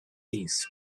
east